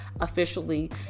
officially